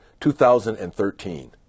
2013